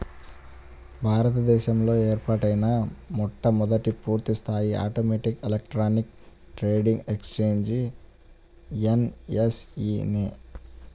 భారత దేశంలో ఏర్పాటైన మొట్టమొదటి పూర్తిస్థాయి automatic electronic trading exchange NSE నే